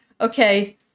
okay